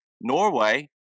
Norway